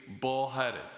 bullheaded